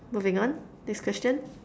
moving on next question